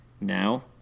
now